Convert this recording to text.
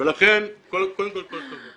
ולכן כל הכבוד לך,